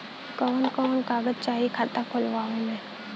कवन कवन कागज चाही खाता खोलवावे मै?